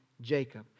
Jacob